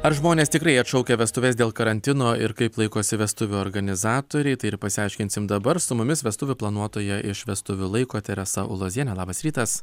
ar žmonės tikrai atšaukia vestuves dėl karantino ir kaip laikosi vestuvių organizatoriai tai ir pasiaiškinsim dabar su mumis vestuvių planuotoja iš vestuvių laiko teresa ulozienė labas rytas